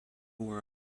where